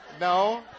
No